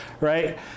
right